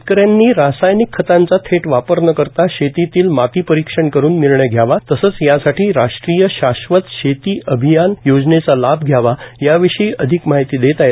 शेतकऱ्यांनी रासायनिक खतांचा थेट वापर न करता शेतीतील माती परीक्षण करून निर्णय घ्यावा तसंच यासाठी राष्ट्रीय शाश्वत शेती अभियान योजनेचा लाभ घ्यावा देशाची लोकसंख्या झपाट्यानं वाढत आहे